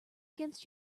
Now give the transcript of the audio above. against